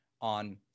on